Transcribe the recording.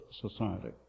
society